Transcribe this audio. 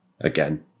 again